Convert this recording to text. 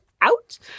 out